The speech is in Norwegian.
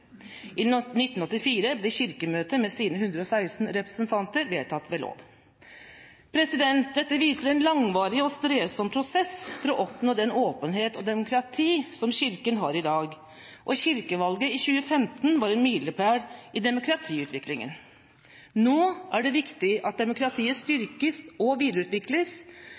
I 1984 ble Kirkemøtet med sine 116 representanter vedtatt ved lov. Dette viser en langvarig og strevsom prosess for å oppnå den åpenhet og demokrati som Kirken har i dag. Kirkevalget i 2015 var en milepæl i demokratiutviklingen. Nå er det viktig at demokratiet styrkes og videreutvikles.